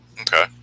Okay